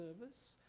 service